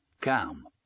Calm